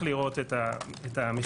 אני אשמח לראות את המכתב בכללותו.